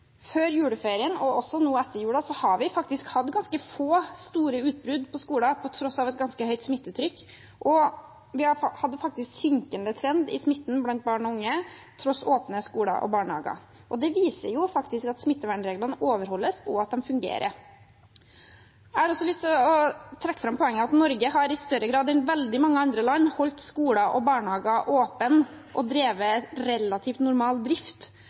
Før juleferien, og også nå etter jul, har vi hatt ganske få store utbrudd på skoler på tross av et ganske høyt smittetrykk, og vi hadde en synkende trend i smitten blant barn og unge tross åpne skoler og barnehager. Det viser jo at smittevernreglene overholdes, og at de fungerer. Jeg har også lyst til å trekke fram det poenget at Norge i større grad enn veldig mange andre land har holdt skoler og barnehager åpne og hatt en relativt normal drift,